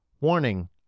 Warning